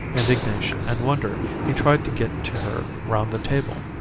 indignation, and wonder he tried to get to her round the table,